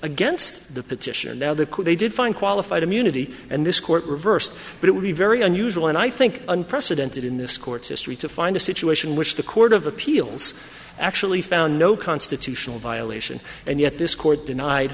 against the petition now that they did find qualified immunity and this court reversed but it would be very unusual and i think unprecedented in this court's history to find a situation which the court of appeals actually found no constitutional violation and yet this court denied